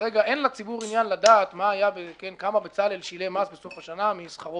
ושאין לציבור עניין לדעת כמה בצלאל שילם מס בסוף השנה משכרו